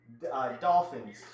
Dolphins